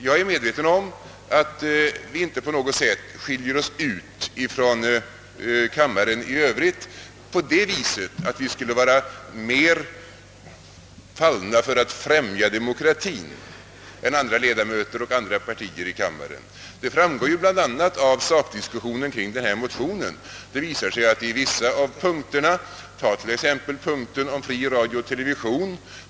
Jag är medveten om att vi inte skiljer oss ut från kammaren i övrigt på det viset, att vi skulle vara mer benägna att främja demokratien än ledamöter av andra partier i kammaren. Det framgår bl.a. av sakdiskussionen kring denna motion, som visar att vi i flera punkter har samma åsikt som andra. Ta t.ex. den punkt som handlar om fri radio och television.